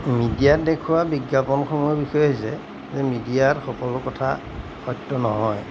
মিডিয়াত দেখুওৱা বিজ্ঞাপনসমূহৰ বিষয়ে হৈছে যে মিডিয়াত সকলো কথা সত্য নহয়